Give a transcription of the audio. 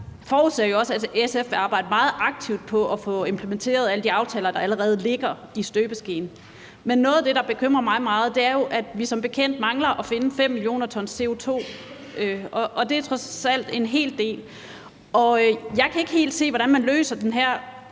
forudser jo også, at SF vil arbejde meget aktivt på at få implementeret alle de aftaler, der allerede ligger i støbeskeen. Men noget af det, der bekymrer mig meget, er, at vi jo som bekendt mangler at finde 5 mio. t CO2. Det er trods alt en hel del, og jeg kan ikke helt se, hvordan man løser den her